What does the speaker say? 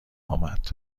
آمد